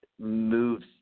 moves